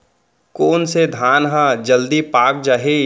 कोन से धान ह जलदी पाक जाही?